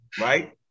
right